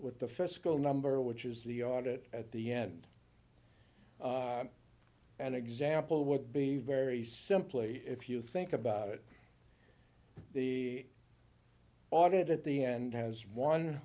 with the fiscal number which is the audit at the end an example would be very simply if you think about it the audit at the end has one